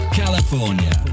california